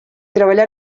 treballà